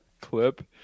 clip